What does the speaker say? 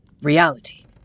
Reality